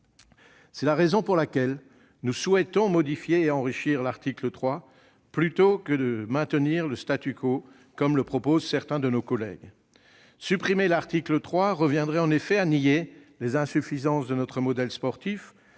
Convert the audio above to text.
C'est la raison pour laquelle nous souhaitons modifier et enrichir l'article 3, plutôt que de maintenir le comme le proposent certains de nos collègues. Supprimer l'article 3 reviendrait, en effet, à nier les insuffisances de notre modèle sportif,